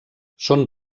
són